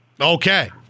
Okay